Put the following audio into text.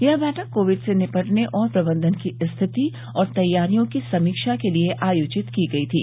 यह बैठक कोविड से निपटने और प्रबंधन की स्थिति और तैयारियों की समीक्षा के लिए आयोजित की गई थी